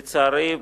לצערי,